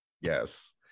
Yes